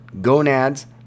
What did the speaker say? gonads